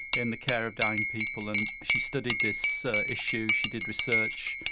in the care of dying people. and she studied this issue, she did research.